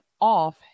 off